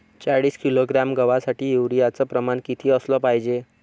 चाळीस किलोग्रॅम गवासाठी यूरिया च प्रमान किती असलं पायजे?